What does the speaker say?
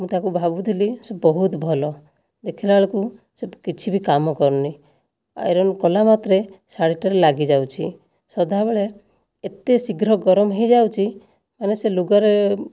ମୁଁ ତାକୁ ଭାବୁଥିଲି ସେ ବହୁତ ଭଲ ଦେଖିଲା ବେଳକୁ ସେ କିଛିବି କାମ କରୁନାହିଁ ଆଇରନ କଲା ମାତ୍ରେ ଶାଢ଼ୀଟାରେ ଲାଗିଯାଉଛି ସଦାବେଳେ ଏତେ ଶୀଘ୍ର ଗରମ ହୋଇଯାଉଛି ମାନେ ସେ ଲୁଗାରେ